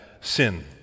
sin